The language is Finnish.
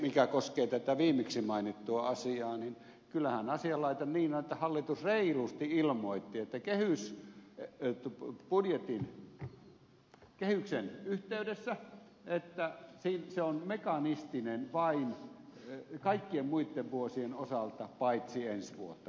mikä koskee tätä viimeksi mainittua asiaa niin kyllähän asianlaita niin on että hallitus reilusti ilmoitti budjetin kehyksen yhteydessä että se on mekanistinen kaikkien muitten vuosien osalta paitsi ensi vuotta koskien